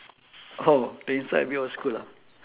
oh the inside was good ah